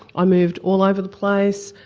i moved all over the place,